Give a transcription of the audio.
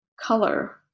color